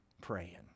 praying